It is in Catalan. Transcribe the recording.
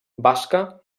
basca